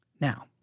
Now